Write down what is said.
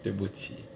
对不起